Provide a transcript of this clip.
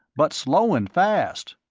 but slowin' fast.